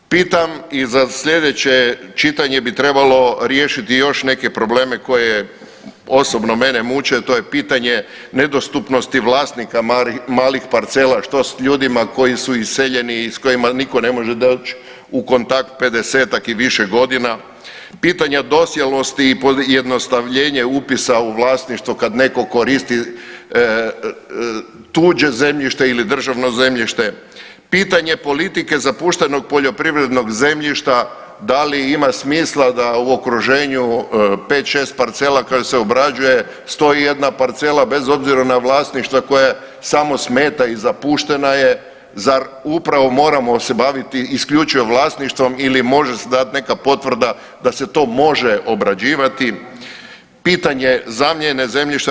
Pitam i za slijedeće čitanje bi trebalo riješiti još neke probleme koje osobno mene muče, a to je pitanje nedostupnosti vlasnika malih parcela, što s ljudima koji su iseljeni i s kojima niko ne može doć u kontakt 50-tak i više godina, pitanje dosjelosti i pojednostavljenje upisa u vlasništvo kad neko koristi tuđe zemljište ili državno zemljište, pitanje politike zapuštenog poljoprivrednog zemljišta, da li ima smisla da u okruženju 5-6 parcela koje se obrađuje stoji jedna parcela bez obzira na vlasništva koja samo smeta i zapuštena je zar upravo moramo se baviti isključivo vlasništvom ili može se dat neka potvrda da se to može obrađivati, pitanje zamjene zemljišta.